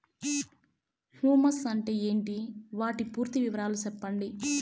Humus అంటే ఏంటి? వాటి పూర్తి వివరాలు సెప్పండి?